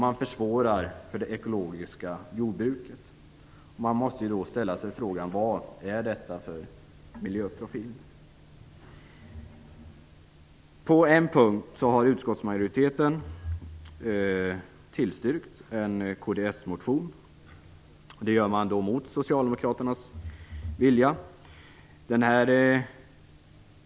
Man försvårar för det ekologiska jordbruket. Jag måste då fråga: Vad är detta för miljöprofil? På en punkt har utskottsmajoriteten tillstyrkt en kds-motion, och det görs mot Socialdemokraternas vilja.